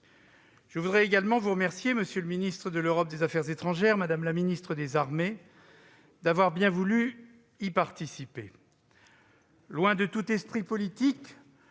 Je voudrais également vous remercier, monsieur le ministre de l'Europe et des affaires étrangères, madame la ministre des armées, d'avoir bien voulu participer à ce débat. Loin de tout esprit politique,